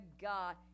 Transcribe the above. god